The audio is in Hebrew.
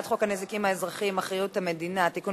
הנזיקים האזרחיים (אחריות המדינה) (תיקון